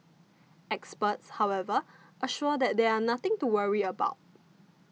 experts however assure that there are nothing to worry about